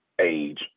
age